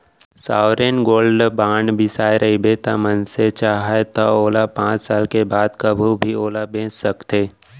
sovereign gold bond बिसाए रहिबे त मनसे चाहय त ओला पाँच साल के बाद कभू भी ओला बेंच सकथे